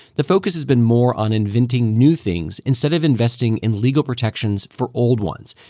the focus has been more on inventing new things instead of investing in legal protections for old ones.